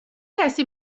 کسی